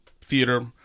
theater